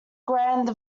grand